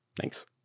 Thanks